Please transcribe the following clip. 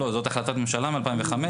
לא, זאת החלטה ממשלה מ-2005.